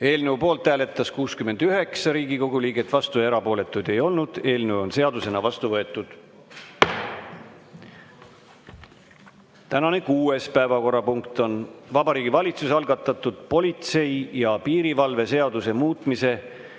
Eelnõu poolt hääletas 41 Riigikogu liiget, vastu oli 6, erapooletuid ei olnud. Eelnõu on seadusena vastu võetud. Tänane kümnes päevakorrapunkt on Vabariigi Valitsuse algatatud relvaseaduse ja riigilõivuseaduse muutmise